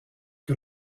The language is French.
que